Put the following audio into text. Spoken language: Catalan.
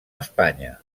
espanya